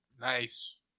Nice